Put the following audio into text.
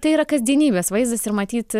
tai yra kasdienybės vaizdas ir matyt